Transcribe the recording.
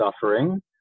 suffering